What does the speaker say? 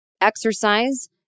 Exercise